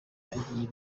agiye